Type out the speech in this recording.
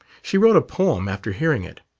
she wrote a poem after hearing it.